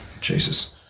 Jesus